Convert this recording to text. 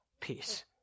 peace